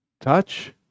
Touch